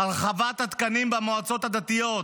הרחבת התקנים במועצות הדתיות,